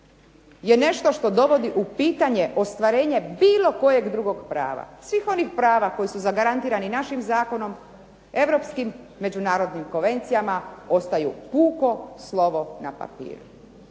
je nešto što dovodi u pitanje ostvarenje bilo kojeg drugog prava, svih prava koja su zagarantirani našim zakonom, Europskim međunarodnim konvencijama ostaju puko slovo na papiru.